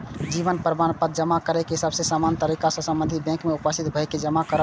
जीवन प्रमाण पत्र जमा करै के सबसे सामान्य तरीका छै संबंधित बैंक में उपस्थित भए के जमा करब